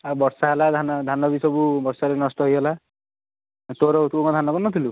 ଆଉ ବର୍ଷା ହେଲା ଆଉ ଧାନ ଧାନ ବି ସବୁ ବର୍ଷାରେ ନଷ୍ଟ ହେଇଗଲା ଆଉ ତୋର ତୁ କ'ଣ ଧାନ କରିନଥିଲୁ